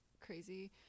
crazy